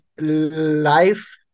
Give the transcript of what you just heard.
life